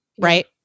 right